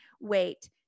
wait